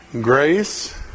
grace